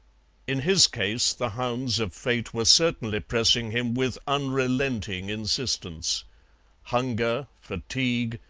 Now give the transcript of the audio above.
in his case the hounds of fate were certainly pressing him with unrelenting insistence hunger, fatigue,